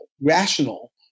rational